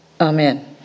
Amen